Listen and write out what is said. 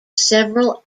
several